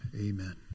amen